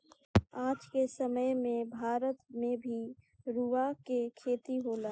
आज के समय में भारत में भी रुआ के खेती होता